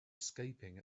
escaping